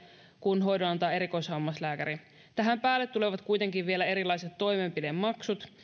kun hoidon antaa erikoishammaslääkäri tähän päälle tulevat kuitenkin vielä erilaiset toimenpidemaksut